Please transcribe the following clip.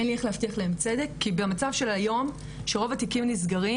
אין לי איך להבטיל להם צדק כי במצב של היום שרוב התיקים נסגרים